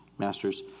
masters